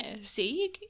See